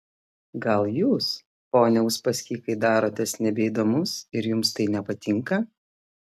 gal jūs pone uspaskichai darotės nebeįdomus ir jums tai nepatinka